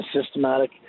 systematic